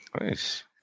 Nice